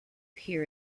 here